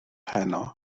heno